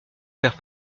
faire